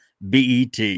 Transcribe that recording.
BET